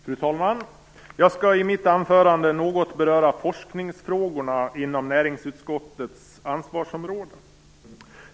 Fru talman! Jag skall i mitt anförande något beröra forskningsfrågorna inom näringsutskottets ansvarsområden.